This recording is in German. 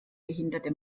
behinderte